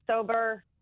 sober